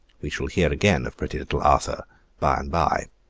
we shall hear again of pretty little arthur by-and-by.